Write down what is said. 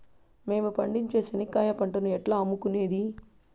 మేము పండించే చెనక్కాయ పంటను ఎట్లా అమ్ముకునేది?